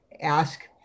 ask